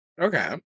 okay